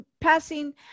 passing